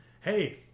hey